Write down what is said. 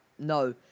No